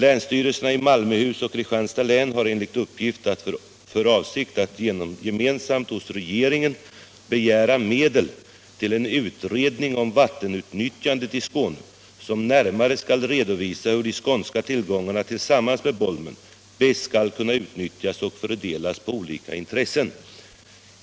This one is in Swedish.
Länsstyrelserna i Malmöhus och Kristianstads län har enligt uppgift för avsikt att gemensamt hos regeringen begära medel till en utredning om vattenutnyttjandet i Skåne som närmare skall redovisa hur de skånska tillgångarna tillsammans med Bolmen bäst skall kunna utnyttjas och fördelas på olika intressen.